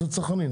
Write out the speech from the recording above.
זה צרכני.